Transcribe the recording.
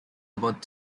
about